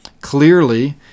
clearly